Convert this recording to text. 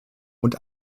und